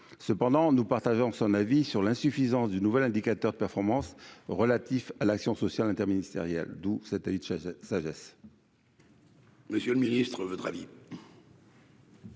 cependant nous partageons son avis sur l'insuffisance du nouvel indicateur de performance relatifs à l'action sociale interministérielle doux satellite chaise sagesse.